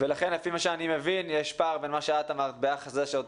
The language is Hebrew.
ולכן יש פער בין מה שאמרת ביחס לזה שעוד